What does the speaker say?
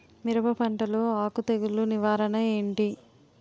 మిరప పంటలో ఆకు తెగులు నివారణ ఏంటి?